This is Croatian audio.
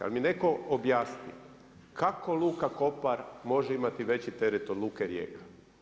Ali, nek mi netko objasni kako Luka Kopar može imati veći teret od Luke Rijeka?